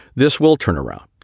this will turn around.